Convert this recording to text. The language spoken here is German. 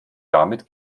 damit